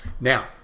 Now